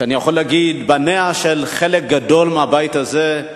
ואני יכול להגיד שבניו של חלק גדול מהבית הזה,